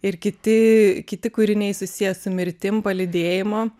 ir kiti kiti kūriniai susiję su mirtim palydėjimo